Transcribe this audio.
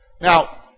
Now